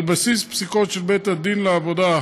על בסיס פסיקות של בית-הדין לעבודה,